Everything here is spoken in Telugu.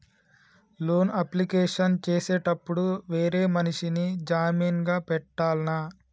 లోన్ అప్లికేషన్ చేసేటప్పుడు వేరే మనిషిని జామీన్ గా పెట్టాల్నా?